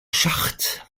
schacht